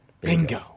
Bingo